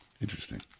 Interesting